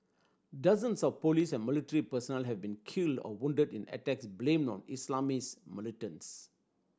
dozens of police and military personnel have been killed or wounded in attacks blamed on Islamist militants